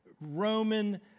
Roman